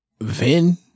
Vin